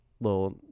little